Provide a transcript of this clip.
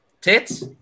Tits